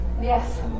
Yes